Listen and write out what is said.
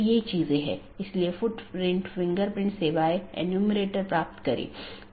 दूसरे अर्थ में यह कहने की कोशिश करता है कि अन्य EBGP राउटर को राउटिंग की जानकारी प्रदान करते समय यह क्या करता है